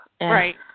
Right